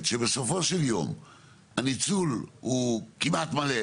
שבסופו של יום הניצול הוא כמעט מלא,